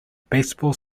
baseball